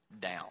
down